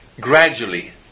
gradually